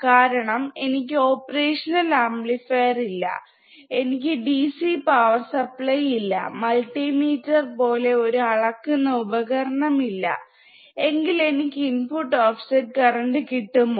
കാരണം എനിക്ക് ഓപ്പറേഷനിൽ ആംപ്ലിഫയർ ഇല്ല എനിക്ക് ഡിസി പവർ സപ്ലൈ ഇല്ല മൾട്ടിമീറ്റർ പോലെ ഒരു അളക്കുന്ന ഉപകരണം ഇല്ല എങ്കിൽ എനിക്ക് ഇന്പുട്ട് ഓഫ് സെറ്റ് കറണ്ട് കിട്ടുമോ